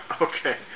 Okay